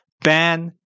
ban